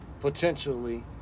potentially –